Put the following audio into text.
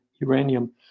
uranium